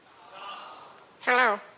Hello